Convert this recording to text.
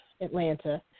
Atlanta